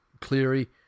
Cleary